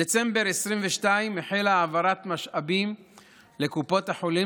בדצמבר 2022 החלה העברת משאבים לקופות החולים